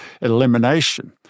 elimination